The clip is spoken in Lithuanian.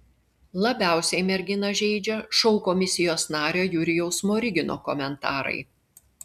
labiausiai merginą žeidžia šou komisijos nario jurijaus smorigino komentarai